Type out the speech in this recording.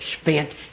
spent